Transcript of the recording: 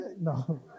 No